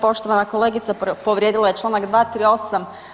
Poštovana kolegica povrijedila je članak 238.